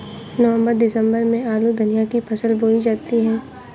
नवम्बर दिसम्बर में आलू धनिया की फसल बोई जाती है?